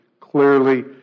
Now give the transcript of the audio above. clearly